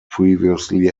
previously